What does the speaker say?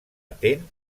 atent